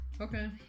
okay